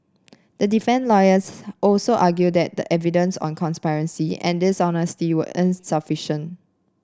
the lawyers also argued that the evidence on conspiracy and dishonesty were insufficient